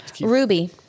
ruby